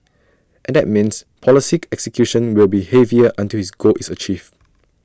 and that means policy execution will be heavier until his goal is achieved